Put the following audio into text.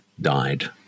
died